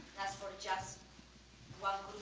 for just one